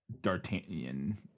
D'Artagnan